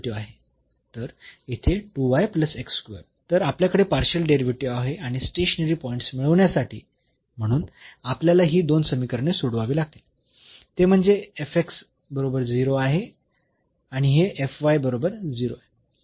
तर येथे तर आपल्याकडे पार्शियल डेरिव्हेटिव्ह आहे आणि स्टेशनरी पॉईंट्स मिळविण्यासाठी म्हणून आपल्याला ही 2 समीकरणे सोडवावी लागतील ते म्हणजे बरोबर 0 आहे आणि हे बरोबर 0 आहे